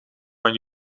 van